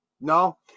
No